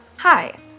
Hi